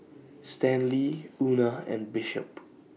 Stanley Una and Bishop